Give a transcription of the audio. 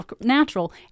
natural